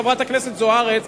חברת הכנסת זוארץ,